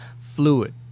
Fluid